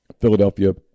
philadelphia